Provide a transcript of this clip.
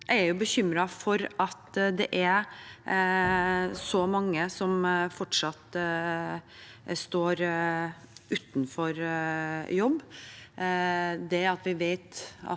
Jeg er bekymret over at det er så mange som fortsatt står uten jobb. Vi vet at